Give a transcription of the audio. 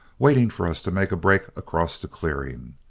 waiting for us to make a break across the clearing.